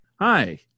Hi